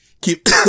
Keep